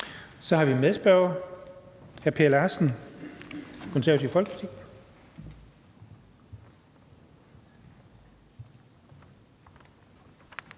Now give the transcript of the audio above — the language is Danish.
Så har vi medspørger, hr. Per Larsen, Konservative Folkeparti.